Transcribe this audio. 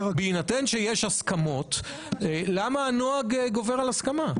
בהינתן שיש הסכמת, למה הנוהג גובר על הסכמה?